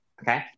Okay